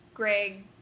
Greg